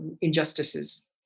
injustices